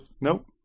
Nope